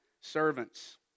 servants